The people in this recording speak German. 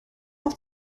noch